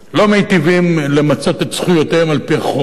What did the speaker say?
לא מיטיבים למצות את זכויותיהם על-פי החוק.